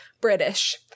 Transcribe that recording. British